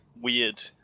weird